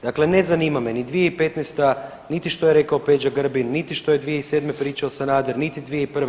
Dakle, ne zanima me ni 2015.-ta, niti što je rekao Peđa Grbin, niti što je 2007. pričao Sanader, niti 2001.